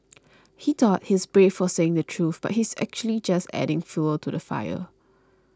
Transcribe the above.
he thought he's brave for saying the truth but he's actually just adding fuel to the fire